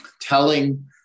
telling